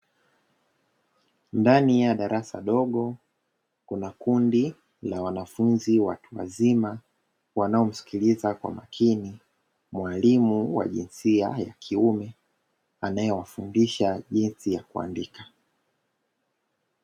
Ndani ya darasa dogo. Kuna kundi la wanafunzi watu wazima, wanaomsikiliza kwa makini mwalimu wa jinsia ya kiume, anayewafundisha jinsi ya kuandika.